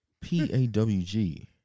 P-A-W-G